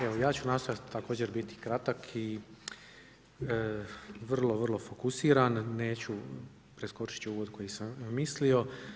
Evo ja ću nastojati također biti kratak i vrlo, vrlo fokusiran, neću, preskočiti ću uvod koji sam mislio.